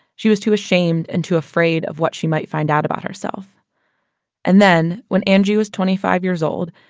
she was too ashamed and too afraid of what she might find out about herself and then, when angie was twenty five years old,